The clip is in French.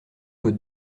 vaut